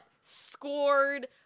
scored